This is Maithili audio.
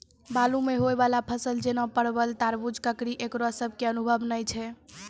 बालू मे होय वाला फसल जैना परबल, तरबूज, ककड़ी ईकरो सब के अनुभव नेय छै?